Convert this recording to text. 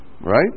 Right